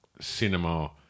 cinema